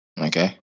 Okay